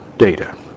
data